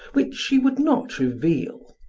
which she would not reveal.